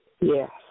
Yes